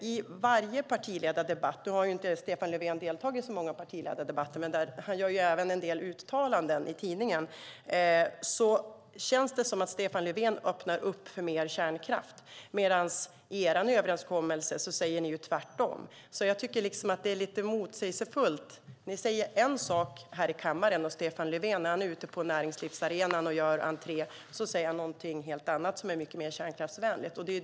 Stefan Löfven har ju inte deltagit i så många partiledardebatter, men han gör ju en del uttalanden i tidningar också och det känns som om Stefan Löfven är öppen för mer kärnkraft medan ni i er överenskommelse säger tvärtom. Det är lite motsägelsefullt. Ni säger en sak här i kammaren och när Stefan Löfven gör entré på näringslivsarenan säger han något helt annat som är mer kärnkraftsvänligt.